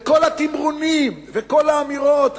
כל התמרונים וכל האמירות,